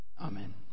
Amen